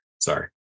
Sorry